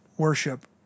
worship